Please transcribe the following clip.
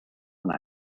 and